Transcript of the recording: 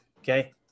Okay